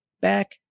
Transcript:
back